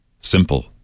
Simple